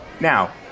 Now